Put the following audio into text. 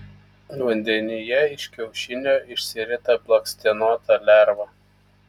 vandenyje iš kiaušinio išsirita blakstienota lerva